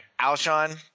Alshon